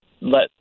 let